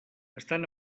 estan